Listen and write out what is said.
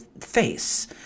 face